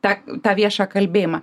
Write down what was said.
tą tą viešą kalbėjimą